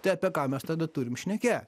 tai apie ką mes tada turim šnekė